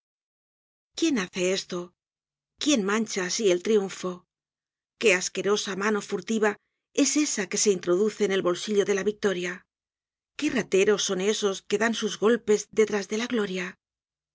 quién hace esto quién mancha asi el triunfo qué asquerosa mano furtiva es esa que se introduce en el bolsillo de la victoria qué rateros son esos que dan sus golpes detrás de la gloria